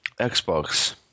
Xbox